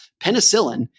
penicillin